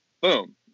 boom